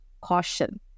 caution